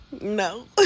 No